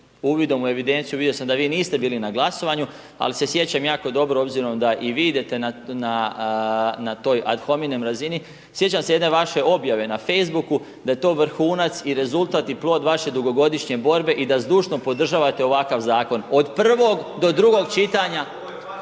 Uvidom u evidenciju, vidio sam da vi niste bili na glasovanju, ali se sjećam jako dobro obzirom da i vi idete na toj ad homninem razini, sjećam se jedne vaše objave na Facebooku, da je to vrhunac i rezultat i plod vaše dugogodišnje borbe i da zdušno podržavate ovakav zakon, od prvog do drugog čitanja